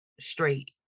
straight